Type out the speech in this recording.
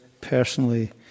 personally